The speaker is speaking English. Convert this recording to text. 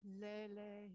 lele